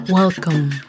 Welcome